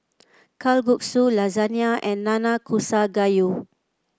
Kalguksu Lasagna and Nanakusa Gayu